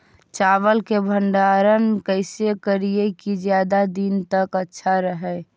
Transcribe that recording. चावल के भंडारण कैसे करिये की ज्यादा दीन तक अच्छा रहै?